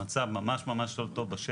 המצב ממש ממש לא טוב בשטח.